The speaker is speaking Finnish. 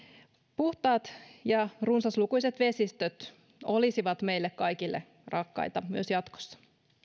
puhtaat ja runsaslukuiset vesistöt olisivat meille kaikille rakkaita myös jatkossa